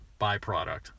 byproduct